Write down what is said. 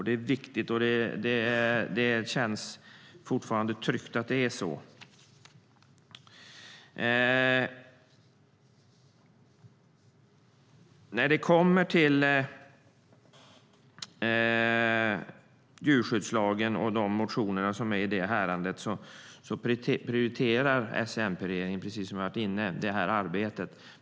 Det känns tryggt att det fortfarande är så. När det kommer till djurskyddslagen och de motioner som finns i det häradet prioriterar S-MP-regeringen detta arbete, precis som vi har varit inne på.